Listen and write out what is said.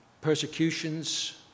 Persecutions